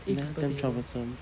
ya damn troublesome